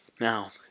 now